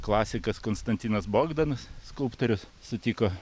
klasikas konstantinas bogdanas skulptorius sutiko